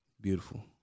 beautiful